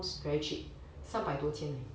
very cheap 三百多千而已